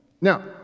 Now